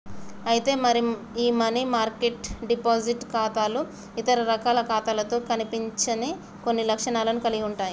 అయితే మరి ఈ మనీ మార్కెట్ డిపాజిట్ ఖాతాలు ఇతర రకాల ఖాతాలతో కనిపించని కొన్ని లక్షణాలను కలిగి ఉంటాయి